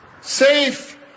safe